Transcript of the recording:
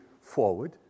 forward